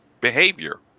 behavior